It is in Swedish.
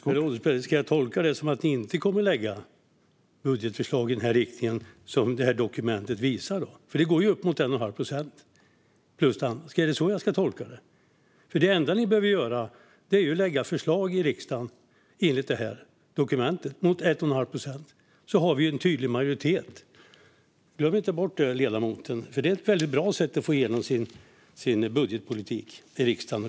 Herr ålderspresident! Ska jag tolka detta som att Kristdemokraterna inte kommer att lägga fram budgetförslag i den riktning som dokumentet visar? Det går ju upp emot 1,5 procent plus det andra. Är det så jag ska tolka det? Det enda ni behöver göra är att lägga fram förslag i riksdagen enligt det här dokumentet, med 1,5 procent. Då har vi en tydlig majoritet. Glöm inte bort det, ledamoten! Det är ett väldigt bra sätt att få igenom sin budgetpolitik i riksdagen.